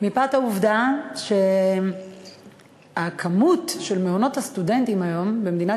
מפאת העובדה שמספר מעונות הסטודנטים היום במדינת